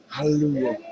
Hallelujah